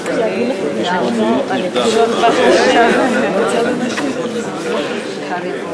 אם תשבי אז אני גם